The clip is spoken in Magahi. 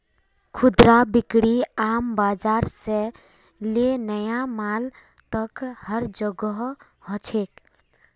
खुदरा बिक्री आम बाजार से ले नया मॉल तक हर जोगह हो छेक